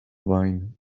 wine